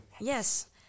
Yes